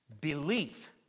Belief